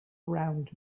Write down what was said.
around